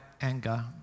anger